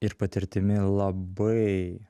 ir patirtimi labai